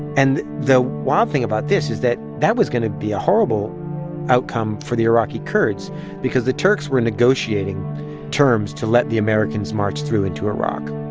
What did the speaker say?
and the wild thing about this is that that was going to be a horrible outcome for the iraqi kurds because the turks were negotiating terms to let the americans march through into iraq.